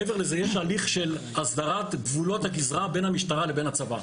מעבר לזה יש הליך של הסדרת גבולות הגזרה בין המשטרה לבין הצבא,